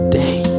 day